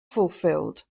fulfilled